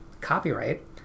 copyright